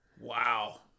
Wow